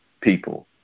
people